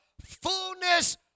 Fullness